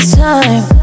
time